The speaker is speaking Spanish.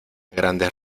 grandes